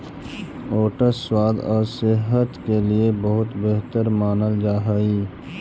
oats स्वाद और सेहत के लिए बहुत बेहतर मानल जा हई